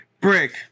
brick